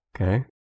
Okay